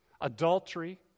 adultery